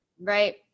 Right